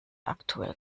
aktuell